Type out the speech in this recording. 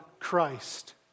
Christ